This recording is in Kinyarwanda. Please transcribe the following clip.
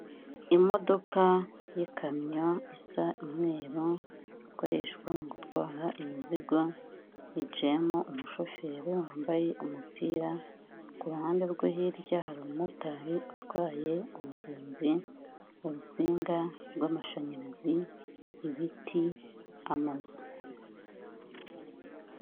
Imodoka y'ikamyo isa umweru, ikoreshwa mu gutwara imizigo hicayemo umushoferi wambaye umupira, ku ruhande rwo hirya hari umumotari utwaye umugenzi, urusinga rw'amashanyarazi, ibiti, amazu.